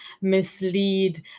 mislead